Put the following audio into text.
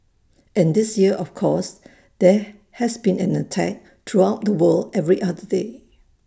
and this year of course there has been an attack throughout the world every other day